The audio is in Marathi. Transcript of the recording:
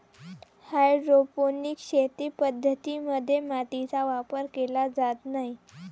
हायड्रोपोनिक शेती पद्धतीं मध्ये मातीचा वापर केला जात नाही